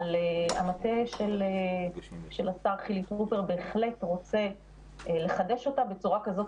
אבל המטה של השר חילי טרופר בהחלט רוצה לחדש אותה בצורה כזאת